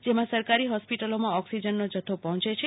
જેમાં સરકારી હોસ્પીટલોમાં ઓક્સિજ્નનો જથ્થો પહોચે છે